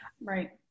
Right